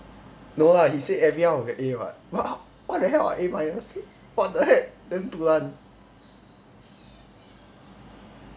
no lah he say everyone will get A [what] what how what the hell are A minus what the heck damn dulan